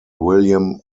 william